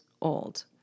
old